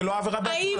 זה לא עבירה בעצמה.